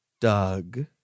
Doug